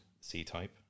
C-Type